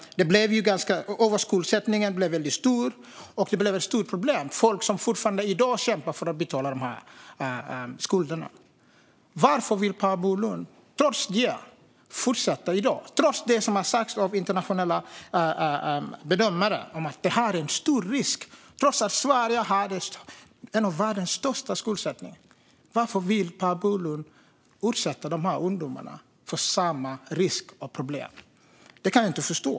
Överskuldsättningen blev väldigt stor, och det blev ett stort problem - det finns folk som än i dag kämpar för att betala dessa skulder. Varför vill Per Bolund fortsätta med detta i dag, trots det som har sagts av internationella bedömare om att det här är en stor risk och trots att Sverige har en av världens största skuldsättningar? Varför vill Per Bolund utsätta dessa ungdomar för samma risk och problem? Det kan jag inte förstå.